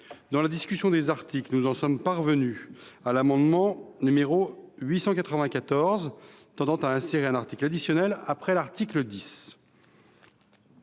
Dans la discussion des articles, nous en sommes parvenus à l’amendement n° 894 rectifié tendant à insérer un article additionnel après l’article 10.